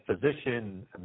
physician